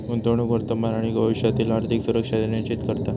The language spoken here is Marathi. गुंतवणूक वर्तमान आणि भविष्यातील आर्थिक सुरक्षा सुनिश्चित करता